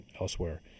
elsewhere